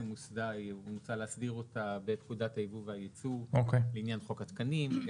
מוצע להסדיר אותה בפקודת הייבוא והייצוא לעניין חוק התקנים.